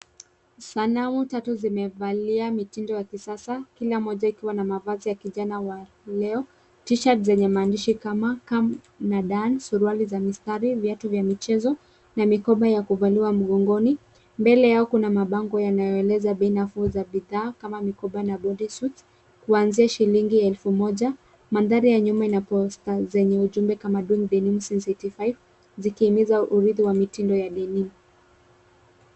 Sanamu tatu zimevalia mitindo ya kisasa, kila mmoja ikiwa na mavazi ya kijana wa leo, t-shirt zenye maandishi kama come and dance , suruali za mistari, viatu vya michezo na mikoba ya kuvaliwa mgongoni. Mbele yao kuna mabango yanayoeleza bei nafuu za bidhaa kama mikoba na bodysuits , kuanzia shilingi elfu moja. Mandhari ya nyuma ina posta zenye ujumbe kama doing the new sensitive five zikihimiza uridhi wa mitindo ya denim .